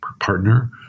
partner